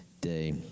day